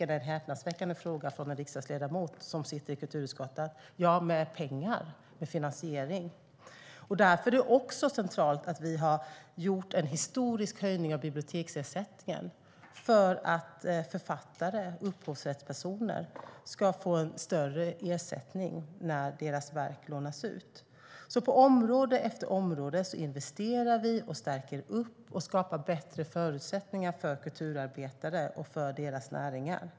Det är en häpnadsväckande fråga från en riksdagsledamot som sitter i kulturutskottet. Svaret är: Ja, med pengar, med finansiering. Det är också centralt att vi har gjort en historisk höjning av biblioteksersättningen för att författare och upphovsrättspersoner ska få en större ersättning när deras verk lånas ut. På område efter område investerar vi, stärker vi och skapar bättre förutsättningar för kulturarbetare och för deras näringar.